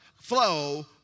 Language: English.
flow